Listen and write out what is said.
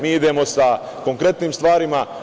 Mi idemo sa konkretnim stvarima.